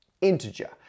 integer